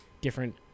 different